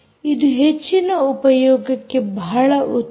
ಇದು ಹೆಚ್ಚಿನ ಉಪಯೋಗಕ್ಕೆ ಬಹಳ ಉತ್ತಮ